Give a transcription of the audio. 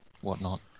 whatnot